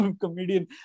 comedian